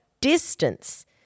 Distance